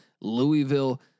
Louisville